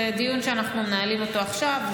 זה דיון שאנחנו מנהלים אותו עכשיו,